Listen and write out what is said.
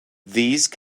these